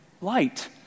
light